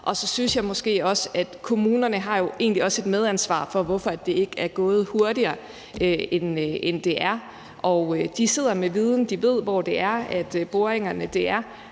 Så synes jeg måske også, at kommunerne egentlig har et medansvar for, hvorfor det ikke er gået hurtigere, end det er. Og de sidder med viden. De ved, hvor boringerne er.